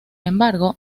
embargo